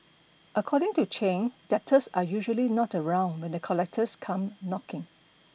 according to Chen debtors are usually not around when the collectors come knocking